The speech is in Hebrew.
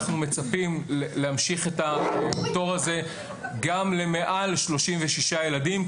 אנחנו מצפים להמשיך את הפטור הזה גם למעל 36 ילדים,